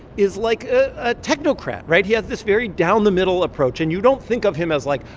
is like a technocrat, right? he has this very down-the-middle approach, and you don't think of him as, like,